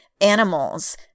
animals